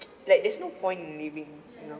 like there's no point in living you know